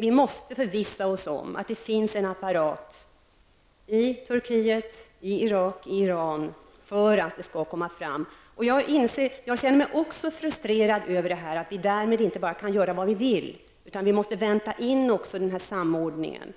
Vi måste förvissa oss om att det finns en apparat i Turkiet, i Irak och i Iran för att det skall komma fram. Jag känner mig också frustrerad över att vi därmed inte bara kan göra vad vi vill, utan att vi måste vänta in den här samordningen.